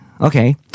Okay